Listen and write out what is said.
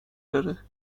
داره